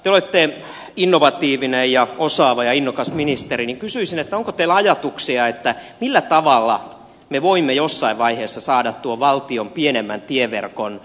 te olette innovatiivinen ja osaava ja innokas ministeri ja kysyisin onko teillä ajatuksia millä tavalla me voimme jossain vaiheessa saada tuon valtion pienemmän tieverkon kunnostettua